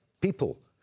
people